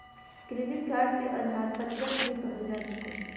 credit card के उधार पत्रक भी कहल जा सको हइ